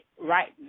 right